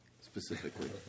specifically